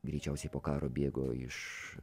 greičiausiai po karo bėgo iš